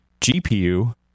GPU